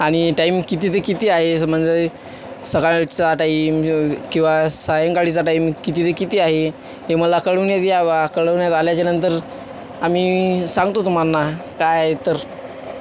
आणि टाईम किती ते किती आहे समजा सकाळचा टाईम किंवा सायंकाळीचा टाईम किती ते किती आहे हे मला कळवण्यात यावा कळवण्यात आल्याच्या नंतर आम्ही सांगतो तुम्हाना काय तर